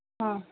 हा